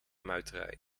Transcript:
muiterij